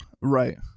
right